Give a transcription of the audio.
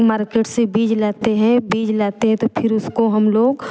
market से बीज लाते हैं बीज लाते हैं तो फिर उसको हम लोग